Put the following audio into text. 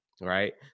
right